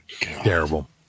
Terrible